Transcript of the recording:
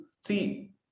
see